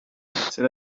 c’est